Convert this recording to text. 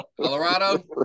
Colorado